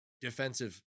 defensive